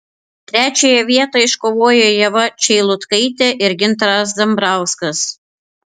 trečiąją vietą iškovojo ieva čeilutkaitė ir gintaras dambrauskas